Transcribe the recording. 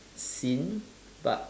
seen but